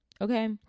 Okay